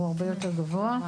הוא הרבה יותר גבוה.